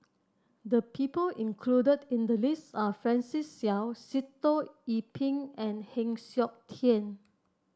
the people included in the list are Francis Seow Sitoh Yih Pin and Heng Siok Tian